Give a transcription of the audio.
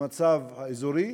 למצב האזורי,